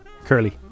Curly